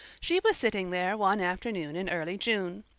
she was sitting there one afternoon in early june.